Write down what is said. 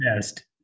best